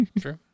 True